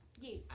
yes